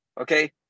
Okay